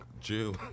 Jew